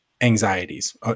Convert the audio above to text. anxieties